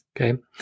Okay